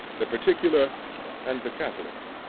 the particular and the catholic.